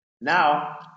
Now